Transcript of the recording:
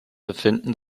befinden